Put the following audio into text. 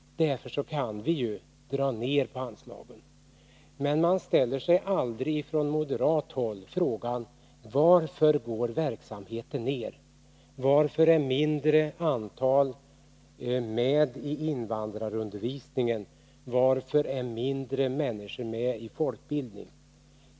Därför kan vi dra ner på anslagen, menar de. Man ställer aldrig på moderat håll frågan: Varför går verksamheten ner? Varför är färre människor med i invandrarundervisningen? Varför är färre människor med i folkbildningen?